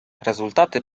rezultaty